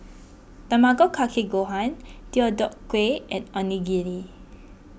Tamago Kake Gohan Deodeok Gui and Onigiri